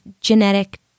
genetic